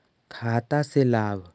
खाता से लाभ?